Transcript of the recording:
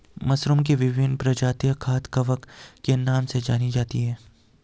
मशरूमओं की विभिन्न प्रजातियां खाद्य कवक के नाम से जानी जाती हैं